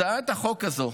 הצעת החוק הזו